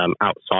outside